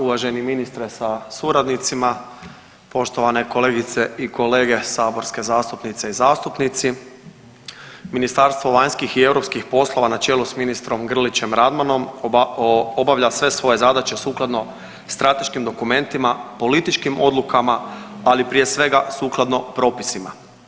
Uvaženi ministre sa suradnicima, poštovane kolegice i kolege saborske zastupnice i zastupnici, Ministarstvo vanjskih i europskih poslova na čelu s ministrom Grlićem Radmanom obavlja sve svoje zadaće sukladno strateškim dokumentima, političkim odlukama, ali prije svega sukladno propisima.